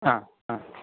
हा हा